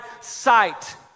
sight